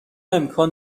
امکان